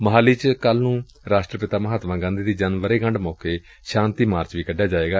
ਮੋਹਾਲੀ ਚ ਕੱਲੂ ਨੂੰ ਰਾਸ਼ਟਰਪਿਤਾ ਮਹਾਤਮਾ ਗਾਂਧੀ ਦੀ ਜਨਮ ਵਰੇਗੰਢ ਮੌਕੇ ਸ਼ਾਂਤੀ ਮਾਰਚ ਵੀ ਕੱਢਿਆ ਜਾਏਗਾ